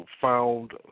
found